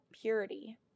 purity